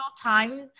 time